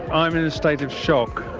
i'm in a state of shock.